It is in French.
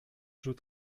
joue